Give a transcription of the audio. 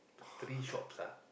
three shops ah